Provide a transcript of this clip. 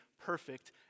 Perfect